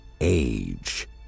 age